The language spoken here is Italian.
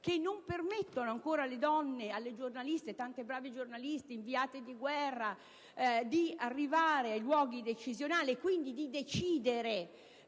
che non permettono ancora alle donne, a tante brave giornaliste, a inviate di guerra, di arrivare ai luoghi decisionali e quindi di decidere